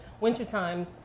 wintertime